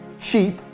cheap